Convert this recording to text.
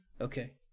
Okay